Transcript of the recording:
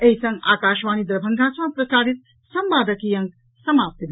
एहि संग आकाशवाणी दरभंगा सँ प्रसारित संवादक ई अंक समाप्त भेल